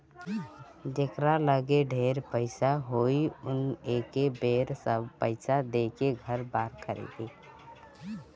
जेकरा लगे ढेर पईसा होई उ न एके बेर सब पईसा देके घर बार खरीदी